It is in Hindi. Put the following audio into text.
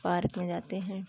पार्क में जाते हैं